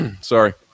sorry